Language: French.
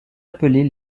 appelés